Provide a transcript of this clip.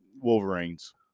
Wolverines